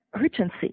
urgency